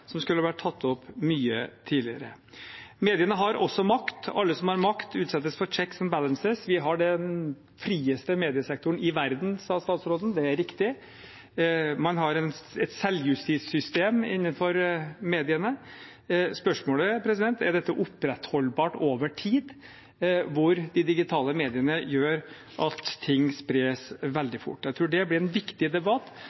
som skulle vært tatt opp mye tidligere. Mediene har også makt. Alle som har makt, utsettes for «checks and balances». Vi har den frieste mediesektoren i verden, sa statsråden. Det er riktig. Man har et selvjustissystem innenfor mediene. Spørsmålet er: Er dette opprettholdbart over tid, når de digitale mediene gjør at ting spres